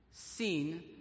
Seen